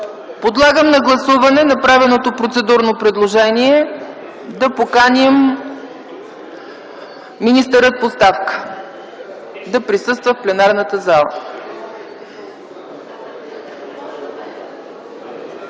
Подлагам на гласуване направеното процедурно предложение – да поканим министъра в оставка да присъства в пленарната зала.